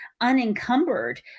unencumbered